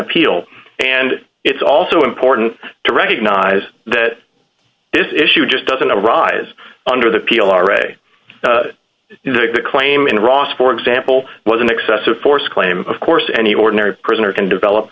appeal and it's also important to recognize that this issue just doesn't arise under the p l r a is that the claim in ross for example was an excessive force claim of course any ordinary prisoner can develop